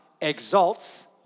exalts